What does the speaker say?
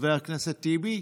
חבר הכנסת טיבי?